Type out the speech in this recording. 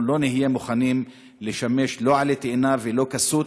לא נהיה מוכנים לשמש לא עלה תאנה ולא כסות,